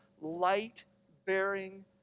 light-bearing